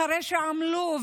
אחרי שעמלו,